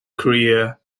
career